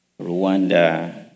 Rwanda